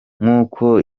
nk’uko